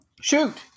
Shoot